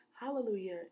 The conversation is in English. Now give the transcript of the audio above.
hallelujah